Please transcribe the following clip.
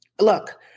Look